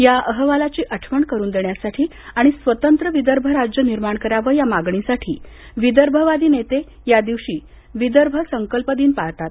या अहवालाची आठवण करून देण्यासाठी आणि स्वतंत्र विदर्भ राज्य निर्माण करावं या मागणीसाठी विदर्भवादी नेते या दिवशी विदर्भ संकल्पदिन पाळतात